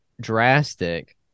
drastic